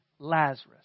Lazarus